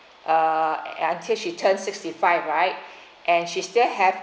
uh until she turned sixty five right and she still have